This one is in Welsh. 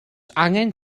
angen